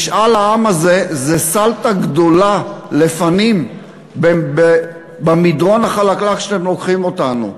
משאל העם הזה זה סלטה גדולה לפנים במדרון החלקלק שאתם לוקחים אותנו.